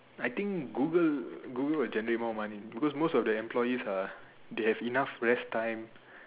I think Google will generate more money because most of the employee they have enough rest time